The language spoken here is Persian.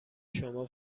شما